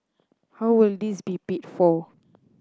how will this be for